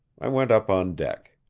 i went up on deck.